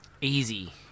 Easy